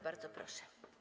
Bardzo proszę.